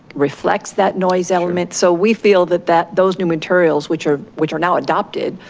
reflects that noise element. so we feel that that those new materials which are which are now adopted